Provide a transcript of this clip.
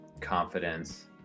confidence